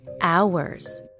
hours